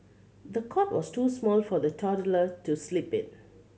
the cot was too small for the toddler to sleep in